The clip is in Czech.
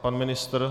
Pan ministr?